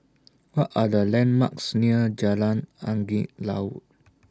What Are The landmarks near Jalan Angin Laut